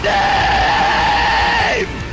name